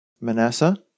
Manasseh